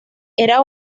era